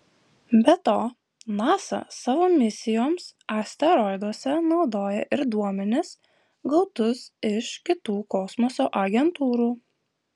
be to nasa savo misijoms asteroiduose naudoja ir duomenis gautus iš kitų kosmoso agentūrų